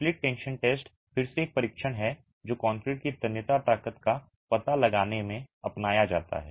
split tension test फिर से एक परीक्षण है जो कंक्रीट की तन्यता ताकत का पता लगाने में अपनाया जाता है